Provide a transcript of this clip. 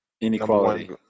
Inequality